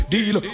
Deal